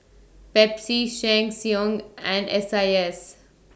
Pepsi Sheng Siong and S I S